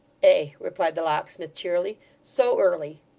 ay, replied the locksmith cheerily, so early.